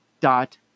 dot